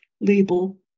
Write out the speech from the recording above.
label